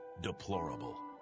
deplorable